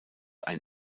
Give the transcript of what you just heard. ein